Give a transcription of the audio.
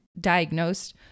diagnosed